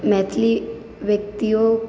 Maithili व्यक्तियो